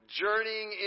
journeying